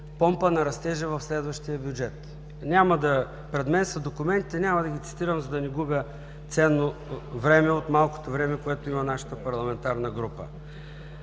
помпа на растежа в следващия бюджет. Пред мен са документите, няма да ги цитирам, за да не губя ценното време, от малкото време, което има нашата парламентарна група.